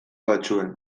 batzuen